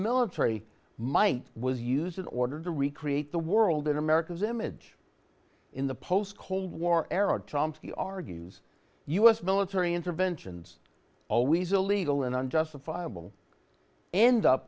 military might was used in order to recreate the world in america's image in the post cold war era chomsky argues u s military interventions always illegal and unjustifiable and up